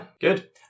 good